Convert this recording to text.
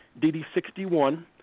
DD-61